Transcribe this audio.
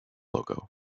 logo